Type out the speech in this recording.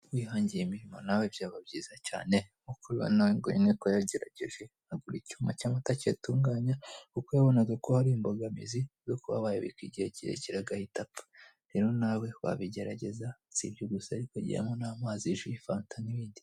Wihangiye imirimo nawe bayba byiza cyane nkuko ububo urabona uyunguyu yagerageje agura icyuma cy'amata kiyatunganya kuko yabonaga ko hari imbogamizi yo kuba bayabika igihe kinini agapfa, rero nawe wabigerageza sibyo gusa hirya harimo n'amazi hejuru y'ifata n'ibindi.